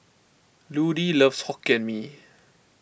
Ludie loves Hokkien Mee